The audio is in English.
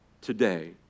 today